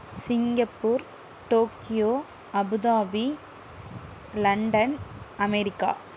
Singapore Tokyo Abu Dhabi London America